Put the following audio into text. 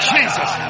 Jesus